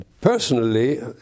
personally